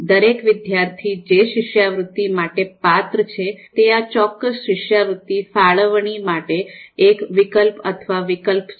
દરેક વિદ્યાર્થી જે શિષ્યવૃત્તિ માટે પાત્ર છે તે આ ચોક્કસ શિષ્યવૃત્તિ ફાળવણી માટે એક વિકલ્પ અથવા વિકલ્પ છે